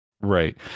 Right